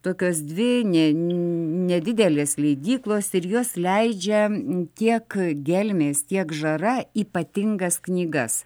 tokios dvi ne nedidelės leidyklos ir jos leidžia tiek gelmės tiek žara ypatingas knygas